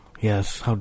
Yes